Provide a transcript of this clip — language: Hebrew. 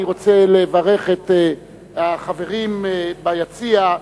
אני רוצה לברך את החברים ביציע,